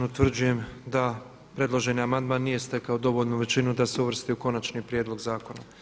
Utvrđujem da predloženi amandman nije stekao dovoljnu većinu da se uvrsti u Konačni prijedlog Zakona.